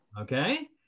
okay